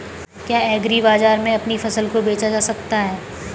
क्या एग्रीबाजार में अपनी फसल को बेचा जा सकता है?